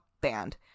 banned